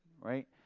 right